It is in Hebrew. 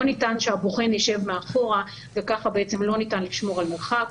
לא ניתן שהבוחן יישב מאחורה וכך לשמור על מרחק.